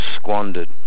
squandered